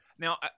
Now